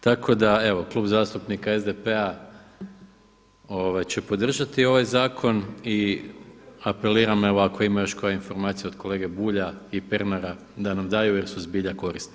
Tako da evo, Klub zastupnika SDP-a će podržati ovaj zakon i apeliram evo ako ima još koja informacija od kolege Bulja i Pernara da nam daju jer su zbilja korisne.